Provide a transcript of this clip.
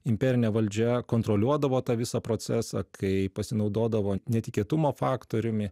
imperinė valdžia kontroliuodavo tą visą procesą kai pasinaudodavo netikėtumo faktoriumi